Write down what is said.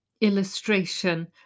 illustration